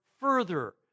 further